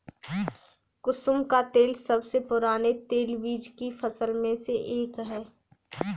कुसुम का तेल सबसे पुराने तेलबीज की फसल में से एक है